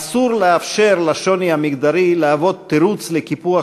אסור לאפשר לשוני המגדרי להוות תירוץ לקיפוח